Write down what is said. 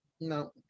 No